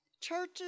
churches